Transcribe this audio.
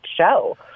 show